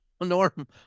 Norm